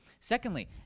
Secondly